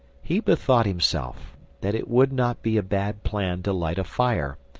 he bethought himself that it would not be a bad plan to light a fire,